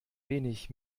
wenig